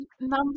number